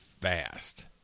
fast